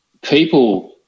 people